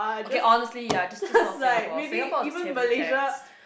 okay honestly ya just just not Singapore Singapore is heavy tax